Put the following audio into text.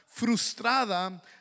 frustrada